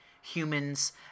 humans